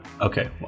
Okay